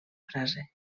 frase